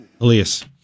Elias